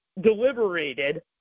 deliberated